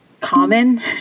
common